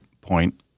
point